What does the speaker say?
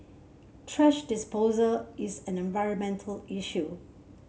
thrash disposal is an environmental issue